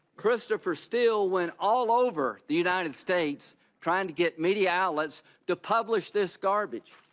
christopher steele went all over the united states trying to get media outlets to public this garbage.